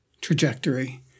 trajectory